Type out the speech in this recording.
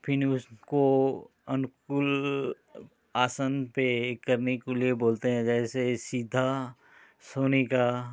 फिर उसको अनुकूल आसन पर ये करने के लिए बोलते हैं जैसे सीधा सोने का